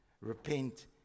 Repent